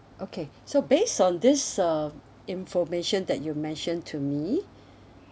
okay so based on this uh information that you mentioned to me